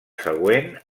següent